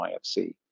IFC